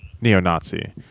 neo-Nazi